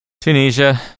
Tunisia